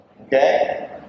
okay